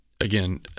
again